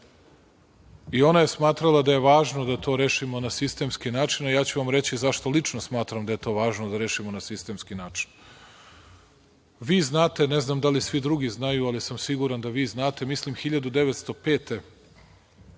i ona je smatrala da je važno da to rešimo na sistemske načine. Ja ću vam reći zašto lično smatram da je to važno da rešimo na sistemski način. Vi znate, ne znam da li svi drugi znaju, ali sam siguran da vi znate, mislim 1905.